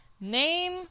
Name